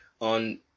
on